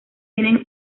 tienen